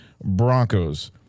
Broncos